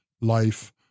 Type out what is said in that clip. life